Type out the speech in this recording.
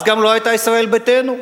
אז גם לא היתה ישראל ביתנו,